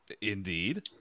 indeed